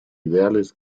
ideales